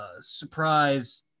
surprise